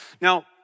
Now